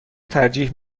ترجیح